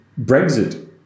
Brexit